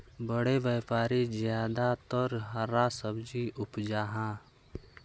बड़े व्यापारी ज्यादातर हरा सब्जी उपजाहा